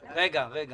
רגע, רגע.